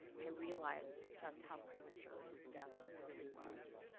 i realize just how premature his death really was.